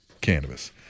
Cannabis